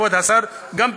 כבוד השר גם פירט.